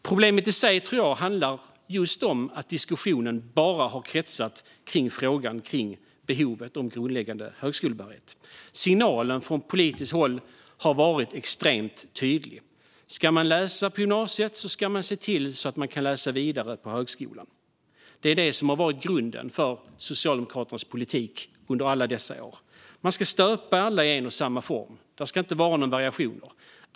Problemet i sig tror jag handlar om att diskussionen bara har kretsat kring frågan om behovet av grundläggande högskolebehörighet. Signalen från politiskt håll har varit extremt tydlig: Om man ska läsa på gymnasiet ska man se till att man kan läsa vidare på högskolan. Det är detta som har varit grunden för Socialdemokraternas politik i alla år. Alla ska stöpas i en och samma form. Det ska inte vara några variationer.